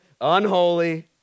unholy